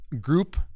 group